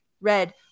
red